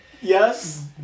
Yes